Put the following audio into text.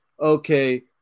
okay